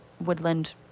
woodland